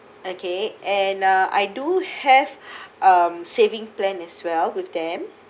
okay and uh I do have um saving plan as well with them